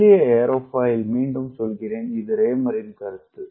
மெல்லிய ஏரோஃபைல் மீண்டும் சொல்கிறேன் இது ரேமரின் கருத்து